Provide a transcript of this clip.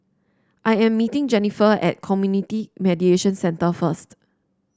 I am meeting Jenifer at Community Mediation Centre first